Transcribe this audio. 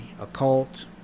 occult